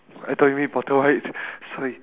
I thought you mean bottom right sorry